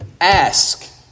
ask